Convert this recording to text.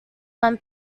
one